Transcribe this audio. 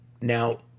Now